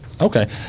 okay